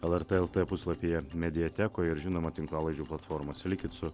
lrt lt puslapyje mediatekoj ir žinoma tinklalaidžių platformose likit su